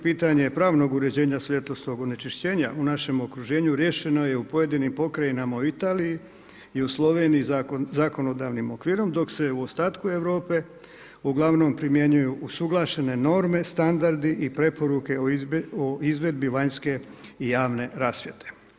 Pitanje pravnog uređenja svjetlosnog onečišćenja riješeno je u pojedinim pokrajinama u Italiji i Sloveniji zakonodavnim okvirom dok se u ostatku Europe uglavnom primjenjuju usuglašene norme, standardi i preporuke o izvedbi vanjske i javne rasvjete.